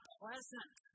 pleasant